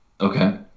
Okay